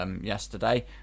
yesterday